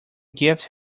gift